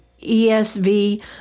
ESV